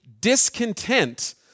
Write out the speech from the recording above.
discontent